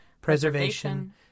preservation